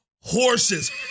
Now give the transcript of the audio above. horses